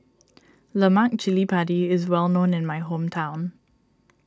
Lemak Cili Padi is well known in my hometown